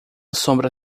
sombra